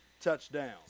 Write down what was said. touchdown